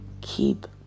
keep